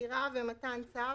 חקירה ומתן צו.